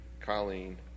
Colleen